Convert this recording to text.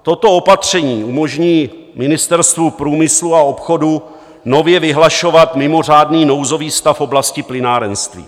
Toto opatření umožní Ministerstvu průmyslu a obchodu nově vyhlašovat mimořádný nouzový stav v oblasti plynárenství.